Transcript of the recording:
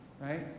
Right